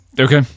Okay